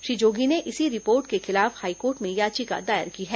श्री जोगी ने इसी रिपोर्ट के खिलाफ हाईकोर्ट में याचिका दायर की है